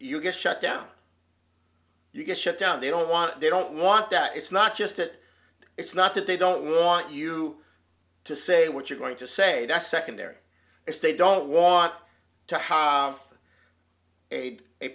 get shut down you get shut down they don't want they don't want that it's not just it it's not that they don't want you to say what you're going to say that's secondary estate don't want to have a